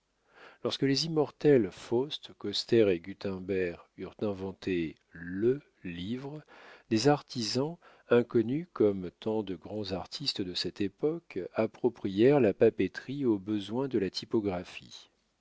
lorsque les immortels faust coster et guttemberg eurent inventé le livre des artisans inconnus comme tant de grands artistes de cette époque approprièrent la papeterie aux besoins de la typographie